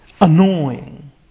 annoying